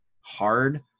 hard